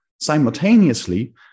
simultaneously